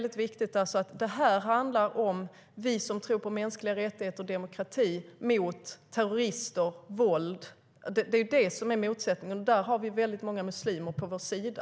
Det handlar om oss som tror på mänskliga rättigheter och demokrati kontra dem som tror på terrorism och våld. Det är motsättningen. Här finns det många muslimer på vår sida.